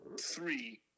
three